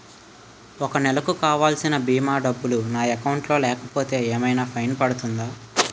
ఒక నెలకు కావాల్సిన భీమా డబ్బులు నా అకౌంట్ లో లేకపోతే ఏమైనా ఫైన్ పడుతుందా?